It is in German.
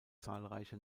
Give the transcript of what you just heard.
zahlreiche